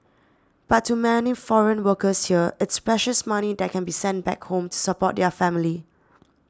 but to many foreign workers here it's precious money that can be sent back home to support their family